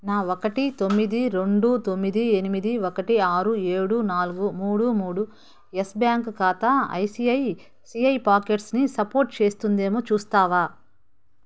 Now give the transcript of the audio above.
నా ఒకటి తొమ్మిది రెండు తొమ్మిది ఎనిమిది ఒకటి ఆరు ఏడు నాలుగు మూడు మూడు యెస్ బ్యాంక్ ఖాతా ఐసిఐసిఐ పాకెట్స్ని సపోర్టు చేస్తుందేమో చూస్తావా